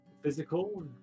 physical